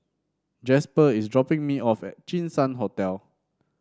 Jasper is dropping me off at Jinshan Hotel